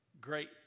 great